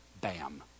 Bam